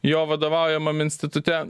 jo vadovaujamam institute